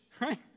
right